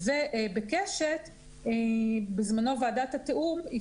ובקשת בזמנו ועדת התיאום,